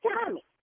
Tommy